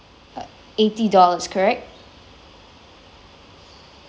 uh eighty dollars correct